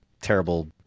terrible